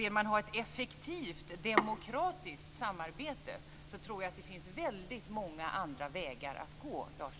Vill man ha ett effektivt demokratiskt samarbete tror jag att det finns väldigt många andra vägar att gå, Lars